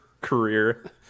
career